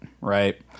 right